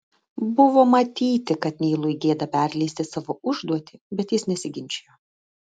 buvo matyti kad neilui gėda perleisti savo užduotį bet jis nesiginčijo